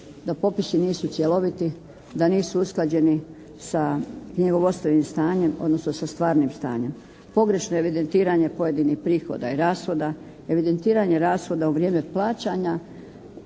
No popisi nisu cjeloviti, da nisu usklađeno sa knjigovodstvenim stanjem, odnosno sa stvarnim stanjem. Pogrešno evidentiranje pojedinih prihoda i rashoda, evidentiranje rashoda u vrijeme plaćanja